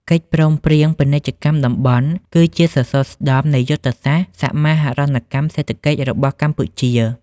កិច្ចព្រមព្រៀងពាណិជ្ជកម្មតំបន់ គឺជាសសរស្តម្ភនៃយុទ្ធសាស្ត្រសមាហរណកម្មសេដ្ឋកិច្ចរបស់កម្ពុជា។